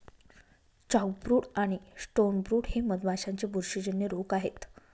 chalkbrood आणि stonebrood हे मधमाशांचे बुरशीजन्य रोग आहेत